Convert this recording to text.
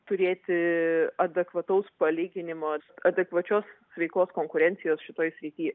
turėti adekvataus palyginimo adekvačios sveikos konkurencijos šitoj srity